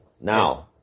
Now